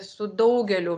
su daugeliu